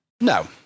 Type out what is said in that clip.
No